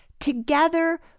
Together